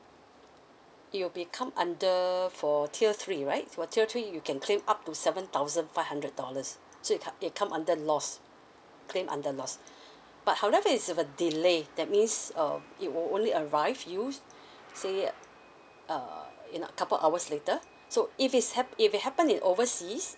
it will become under for tier three right for tier three you can claim up to seven thousand five hundred dollars so it come under lost claim under lost but however it's a delay that means um it will only arrive you say uh in a couple hours later so if it's hap~ if it happen in overseas